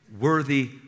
worthy